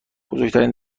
بزرگترین